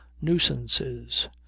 nuisances